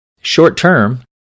Short-term